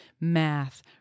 math